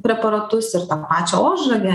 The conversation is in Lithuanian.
preparatus ir tą pačią ožragę